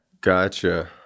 Gotcha